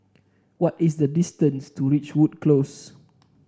what is the distance to Ridgewood Close